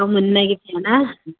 औ मोननो नागिरखायाना